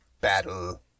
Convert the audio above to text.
battle